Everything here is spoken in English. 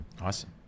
Awesome